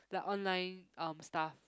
like online um stuff